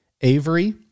Avery